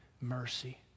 mercy